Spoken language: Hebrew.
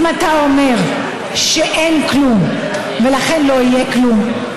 אם אתה אומר שאין כלום ולכן לא יהיה כלום,